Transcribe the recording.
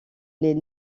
les